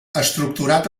estructurat